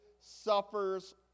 suffers